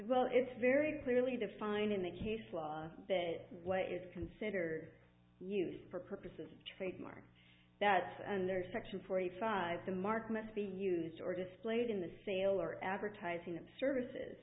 well it's very clearly defined in the case law that lay is considered news for purposes of trademark that's and there section forty five the mark must be used or displayed in the sale or advertising of services